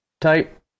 type